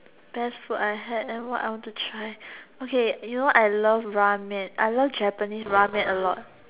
best food I had and what I want to try okay you know I love ramen I love Japanese ramen a lot